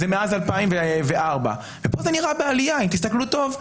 זה מאז 2004. פה זה נראה בעלייה אם תסתכלו טוב,